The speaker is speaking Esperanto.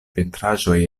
pentraĵoj